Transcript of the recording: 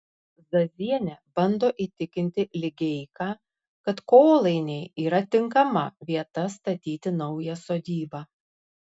zazienė bando įtikinti ligeiką kad kolainiai yra tinkama vieta statyti naują sodybą